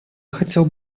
хотел